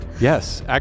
Yes